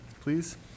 please